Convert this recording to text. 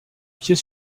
pied